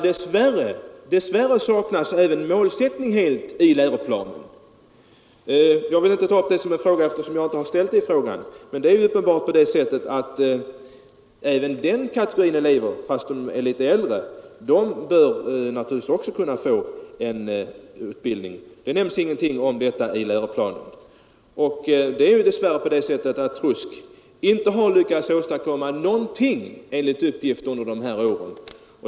Dess värre saknas helt målsättning i läroplanen för gymnasiet. Jag vill inte ta upp det som en fråga, eftersom jag inte ställt den, men även den kategorin elever — fastän de är litet äldre — bör kunna få en utbildning. Det nämns ingenting om det i läroplanen. TRUSK har tyvärr inte lyckats åstadkomma någonting, enligt uppgift, under de år som gått.